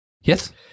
Yes